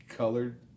colored